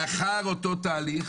לאחר אותו תהליך,